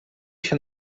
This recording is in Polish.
się